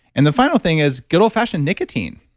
and the final thing is good old fashioned nicotine